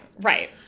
Right